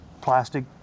plastic